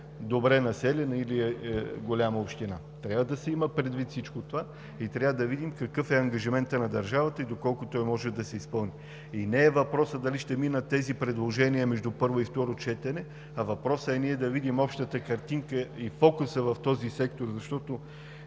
добре населена или голяма община. Трябва да се има предвид всичко това и трябва да видим какъв е ангажиментът на държавата и доколко той може да се изпълни. Не е въпросът дали ще минат тези предложения между първо и второ четене, а въпросът е ние да видим общата картинка и фокусът в този сектор, защото